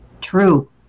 true